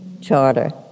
charter